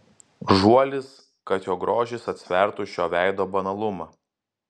žuolis kad jo grožis atsvertų šio veido banalumą